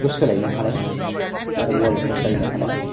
बेखौ सोलायनो हानाय आरो मुवा बेसाद बायनो हानाय